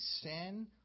Sin